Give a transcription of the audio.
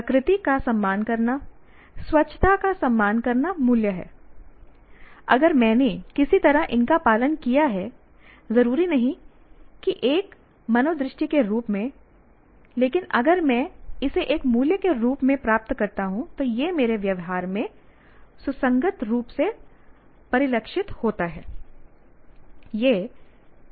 प्रकृति का सम्मान करना स्वच्छता का सम्मान करना मूल्य है अगर मैंने किसी तरह इनका पालन किया है जरूरी नहीं कि एक मनोदृष्टि के रूप में लेकिन अगर मैं इसे एक मूल्य के रूप में प्राप्त करता हूं तो यह मेरे व्यवहार में सुसंगत रूप से परिलक्षित होता है